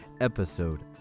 episode